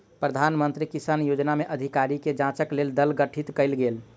प्रधान मंत्री किसान योजना में अधिकारी के जांचक लेल दल गठित कयल गेल